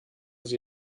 sie